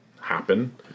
happen